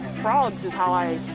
frogs is how i,